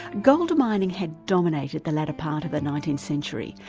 gold mining had dominated the latter part of the nineteenth century,